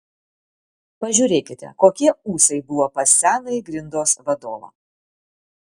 pažiūrėkite kokie ūsai buvo pas senąjį grindos vadovą